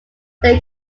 their